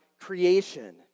creation